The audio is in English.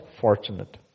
fortunate